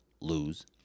lose